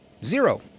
Zero